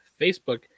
Facebook